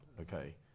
okay